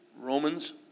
Romans